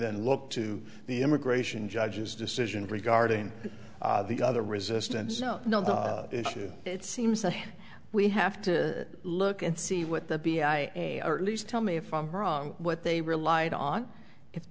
then look to the immigration judge's decision regarding the other resistance no no the issue it seems that we have to look and see what the b i am at least tell me if i'm wrong what they relied on if